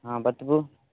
हँ बतबू